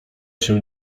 się